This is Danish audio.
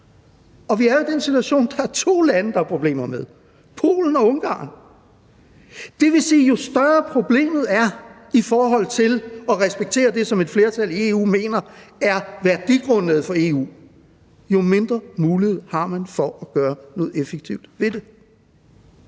Og vi er jo i den situation, at der er to lande, der er problemer med, nemlig Polen og Ungarn. Det vil sige, at jo større problemet er i forhold til at respektere det, som et flertal i EU mener er værdigrundlaget for EU, jo mindre mulighed har man for at gøre noget effektivt ved det.